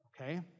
okay